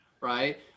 Right